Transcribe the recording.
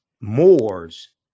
Moors